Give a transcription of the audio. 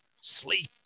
Sleep